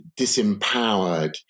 disempowered